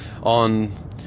on